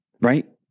Right